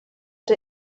der